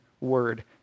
word